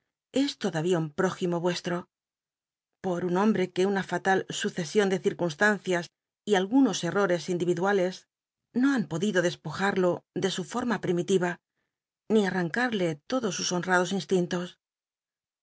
es tod wia un prójimo nestro por un hombre que una fatal succsion de circunstancias y algunos enores indiiduale s no han podido despoj ulo de su fol'lna primiti a ni an ntulc lodos su